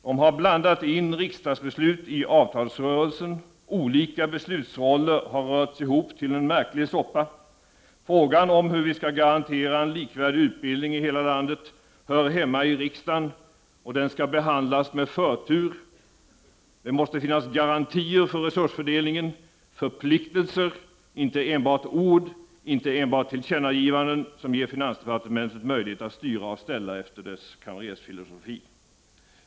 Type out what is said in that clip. Den har blandat in riksdagsbeslut i avtalsrörelsen. Olika beslutsroller har rörts ihop till en märklig soppa. Frågan om hur vi skall garantera en likvärdig utbildning i hela landet hör hemma i riksdagen. Den skall behandlas med förtur. Det måste finnas garantier för resursfördelningen, förpliktelser, inte enbart ord, inte enbart tillkännagivanden som ger finansdepartementet möjlighet att styra och ställa efter dess kamrersfilosofi.